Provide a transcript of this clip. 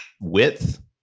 width